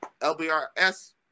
LBRS